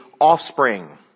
offspring